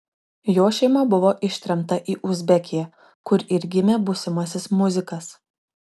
jo šeima buvo ištremta į uzbekiją kur ir gimė būsimasis muzikas